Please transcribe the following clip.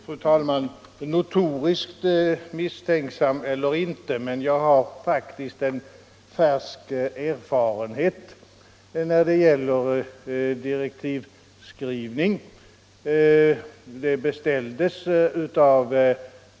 Fru talman! Notoriskt misstänksam eller inte, men jag har faktiskt en färsk erfarenhet när det gäller direktivskrivning.